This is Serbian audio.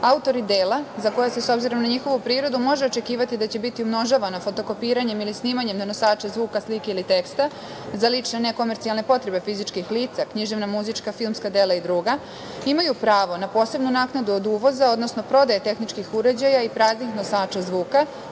autori dela za koje se s obzirom na njihovu prirodu može očekivati da će biti umnožavana fotokopiranjem ili snimanjem na nosače zvuka, slike ili teksta, za lične nekomercijalne potrebe fizičkih lica, književna, muzička, filmska dela i druga imaju pravo na posebnu naknadu od uvoza, odnosno prodaje tehničkih uređaja i praznih nosača zvuka,